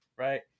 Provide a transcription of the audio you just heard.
Right